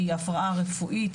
היא הפרעה רפואית,